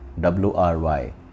W-R-Y